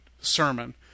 sermon